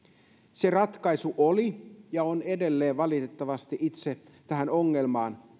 se ratkaisu oli ja on edelleen valitettavasti täysin riittämätön itse tähän ongelmaan